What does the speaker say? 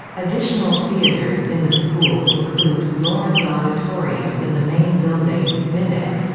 additional theaters in the school include lawrence auditorium in the main building, vinik